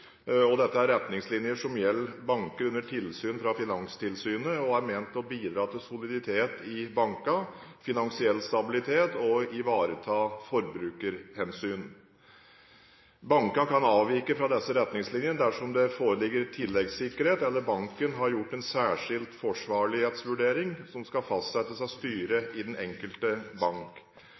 Dette er retningslinjer som gjelder banker under tilsyn fra Finanstilsynet, og er ment å bidra til soliditet i bankene, finansiell stabilitet og å ivareta forbrukerhensyn. Bankene kan avvike fra disse retningslinjene dersom det foreligger tilleggssikkerhet, eller banken har gjort en særskilt forsvarlighetsvurdering som skal fastsettes av styret i den enkelte bank.